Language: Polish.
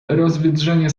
rozwydrzenia